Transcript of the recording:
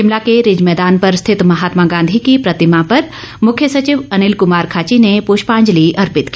शिमला के रिज मैदान पर स्थित महात्मा गांधी की प्रतिमा पर मुख्य सचिव अनिल खाची ने प्रष्पांजलि अर्पित की